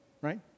Right